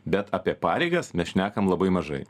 bet apie pareigas mes šnekam labai mažai